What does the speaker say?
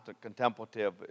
contemplative